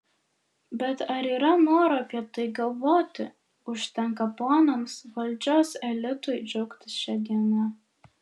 bet ar yra noro apie tai galvoti užtenka ponams valdžios elitui džiaugtis šia diena